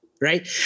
right